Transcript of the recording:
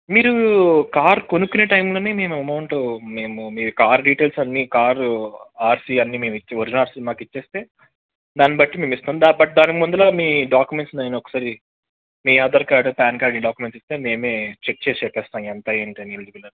మీరు కార్ కొనుక్కునే టైంలోనే మేము అమౌంట్ మేము మీ కార్ డీటెయిల్స్ అన్నీ కారు ఆర్ సీ అన్నీ మేము ఇచ్చి ఒరిజినల్స్ అన్నీ మాకు ఇచ్చేస్తే దాన్నిబట్టి మేము ఇస్తాం దాని బట్ దాని ముందర మీ డాక్యుమెంట్స్ని నేను ఒకసారి మీ Aadhaar card pan card documents ఇస్తే మేమే చెక్ చేసి చెప్పేస్తాం ఎంత ఏంటి అని ఎలిజిబుల్